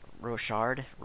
Rochard